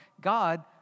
God